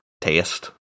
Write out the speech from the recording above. taste